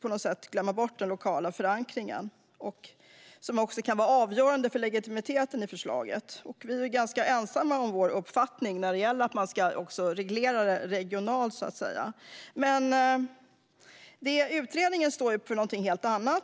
på något sätt skulle glömma bort den lokala förankringen och att det skulle kunna vara avgörande för legitimiteten i förslaget. Vi är ganska ensamma om vår uppfattning om att det ska regleras regionalt. Men utredningen står för något helt annat.